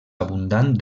abundant